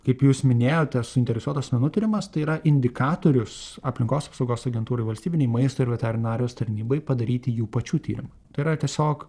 kaip jūs minėjot tas suinteresuotų asmenų tyrimas tai yra indikatorius aplinkos apsaugos agentūrai valstybinei maisto ir veterinarijos tarnybai padaryti jų pačių tyrimą yra tiesiog